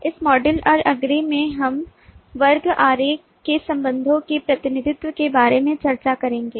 इस मॉड्यूल और अगले में हम वर्ग आरेख में संबंधों के प्रतिनिधित्व के बारे में चर्चा करेंगे